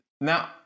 Now